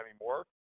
anymore